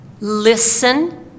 listen